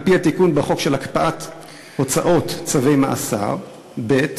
על-פי התיקון בחוק להקפאת הוצאות צווי מאסר, ב.